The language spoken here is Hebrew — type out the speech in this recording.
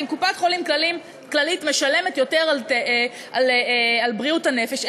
אם קופת-חולים כללית משלמת יותר על בריאות הנפש,